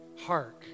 hark